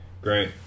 great